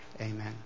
amen